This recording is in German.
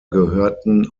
gehörten